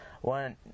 one